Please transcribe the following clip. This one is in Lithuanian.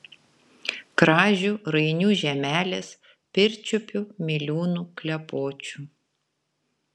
kražių rainių žemelės pirčiupių miliūnų klepočių